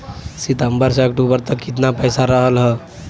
सितंबर से अक्टूबर तक कितना पैसा रहल ह?